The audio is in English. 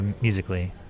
musically